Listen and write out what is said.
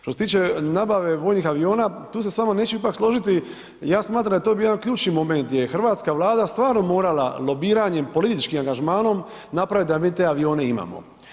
Što se tiče nabave vojnih aviona, tu se s vama ipak neću složiti, ja smatram da je to bio jedan ključni moment gdje je hrvatska Vlada stvarno morala lobiranjem, političkim angažmanom napravit da mi te avione imamo.